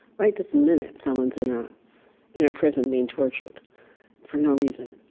right this minute, someone is in um in a prison being tortured for no reason.